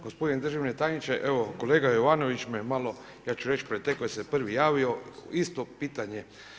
Gospodine državni tajniče, evo kolega Jovanović me malo ja ću reći pretekao jer se prvi javio, isto pitanje.